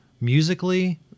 musically